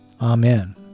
Amen